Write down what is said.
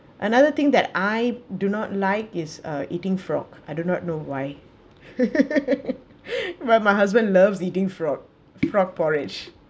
another thing that I do not like is uh eating frog I do not know why but my husband loves eating frog frog porridge